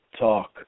Talk